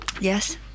Yes